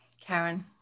Karen